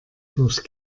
durch